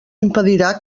impedirà